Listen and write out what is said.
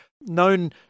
known